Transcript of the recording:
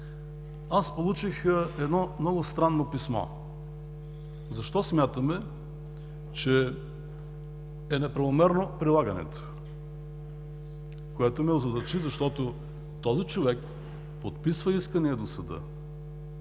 Аз получих едно много странно писмо: защо смятаме, че е неправомерно прилагането, което ме озадачи, защото този човек подписва искания до съда.